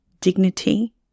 dignity